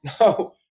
No